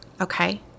okay